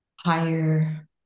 higher